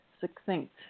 succinct